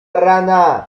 rana